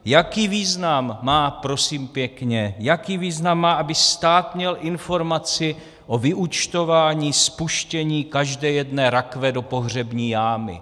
Jaký význam má, prosím pěkně, aby stát měl informaci o vyúčtování, spuštění každé jedné rakve do pohřební jámy?